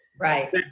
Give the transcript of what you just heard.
Right